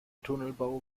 tunnelbau